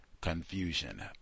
confusion